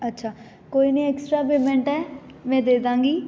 ਅੱਛਾ ਕੋਈ ਨਹੀਂ ਐਕਸਟਰਾ ਪੇਮੈਂਟ ਹੈ ਮੈਂ ਦੇ ਦਾਂਗੀ